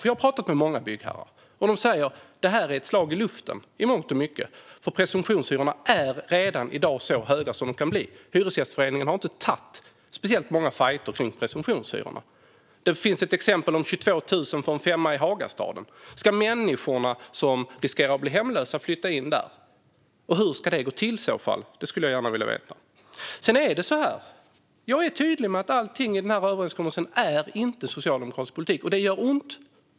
Jag har pratat med många byggherrar, och de säger att det här i mångt och mycket är ett slag i luften eftersom presumtionshyrorna redan i dag är så höga de kan bli. Hyresgästföreningen har inte tagit särskilt många fajter om presumtionshyrorna. Det finns ett exempel med 22 000 för en femma i Hagastaden. Ska människorna som riskerar att bli hemlösa flytta in där, och hur ska det i så fall gå till? Det skulle jag gärna vilja veta. Sedan är det så här: Jag är tydlig med att inte allt i denna överenskommelse är socialdemokratisk politik. Det gör ont.